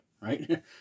right